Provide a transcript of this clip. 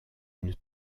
une